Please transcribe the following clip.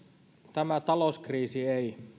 tämä talouskriisi ei